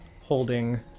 holding